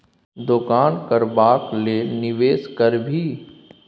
दोकान करबाक लेल निवेश करबिही